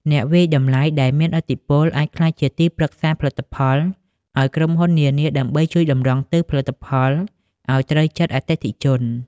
អ្នកវាយតម្លៃដែលមានឥទ្ធិពលអាចក្លាយជាទីប្រឹក្សាផលិតផល ឱ្យក្រុមហ៊ុននានាដើម្បីជួយតម្រង់ទិសផលិតផលឱ្យត្រូវចិត្តអតិថិជន។